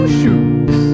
shoes